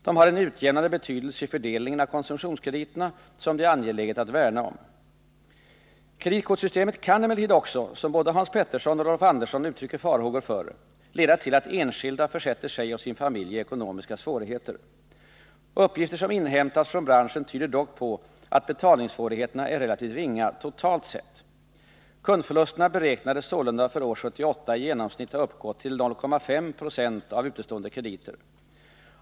De har en utjämnande betydelse i fördelningen av konsumtionskrediterna, som det är angeläget att värna om. Kreditkortssystemet kan emellertid också, som både Hans Petersson och Rolf Andersson uttrycker farhågor för, leda till att enskilda försätter sig och sin familj i ekonomiska svårigheter. Uppgifter som inhämtats från branschen tyder dock på att betalningssvårigheterna är relativt ringa totalt sett. Kundförlusterna beräknades sålunda för år 1978 i genomsnitt ha uppgått till 0,5 Z6 av utestående krediter.